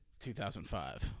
2005